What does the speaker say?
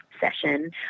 session